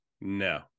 No